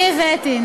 אני הבאתי.